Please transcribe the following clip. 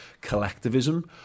collectivism